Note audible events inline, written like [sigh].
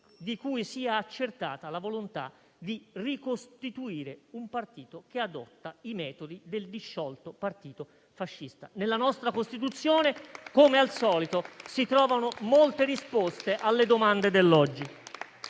di cui sia accertata la volontà di ricostituire un partito che adotta i metodi del disciolto partito fascista. [applause] Nella nostra Costituzione, come al solito, si trovano molte risposte alle domande dell'oggi.